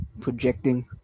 projecting